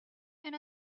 and